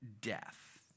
death